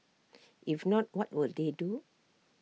if not what will they do